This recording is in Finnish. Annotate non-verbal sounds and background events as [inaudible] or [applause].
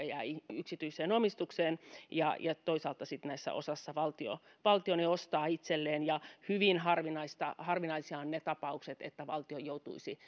[unintelligible] jää yksityiseen omistukseen ja ja toisaalta sitten osassa valtio valtio ne ostaa itselleen hyvin harvinaisia harvinaisia ovat ne tapaukset että valtio joutuisi [unintelligible]